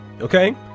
Okay